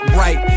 right